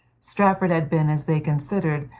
strafford had been, as they considered,